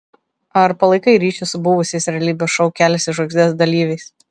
ar palaikai ryšį su buvusiais realybės šou kelias į žvaigždes dalyviais